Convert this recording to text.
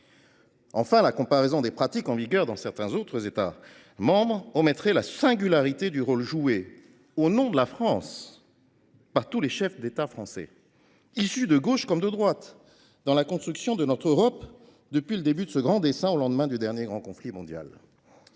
Enfin, la comparaison des pratiques en vigueur dans certains autres États membres conduit à occulter la singularité du rôle joué au nom de la France par tous les chefs de l’État français, de gauche comme de droite, dans la construction de l’Europe depuis le début de ce grand dessein, au lendemain du dernier grand conflit mondial.